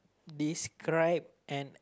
describe an